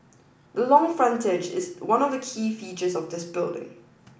the long frontage is one of the key features of this building